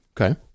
Okay